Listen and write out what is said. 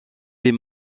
les